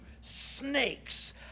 snakes